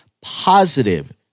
positive